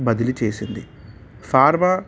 బదిలీ చేసింది ఫార్మా